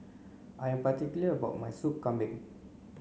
I am particular about my sup kambing